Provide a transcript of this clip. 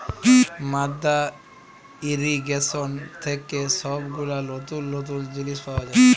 মাদ্দা ইর্রিগেশন থেক্যে সব গুলা লতুল লতুল জিলিস পাওয়া যায়